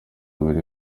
buri